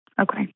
Okay